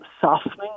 softening